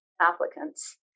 applicants